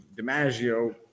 DiMaggio